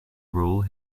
rule